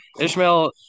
Ishmael